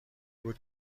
بود